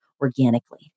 organically